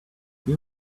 you